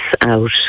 out